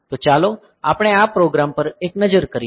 તો ચાલો આપણે આ પ્રોગ્રામ પર એક નજર કરીએ